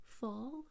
fall